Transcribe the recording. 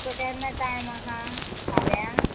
तुका केन्ना टायम आहा फाल्यां